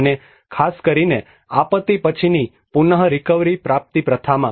અને ખાસ કરીને આપત્તિ પછીની પુનરીકવરીપ્રાપ્તિ પ્રથામાં